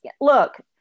look